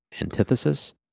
antithesis